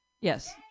Yes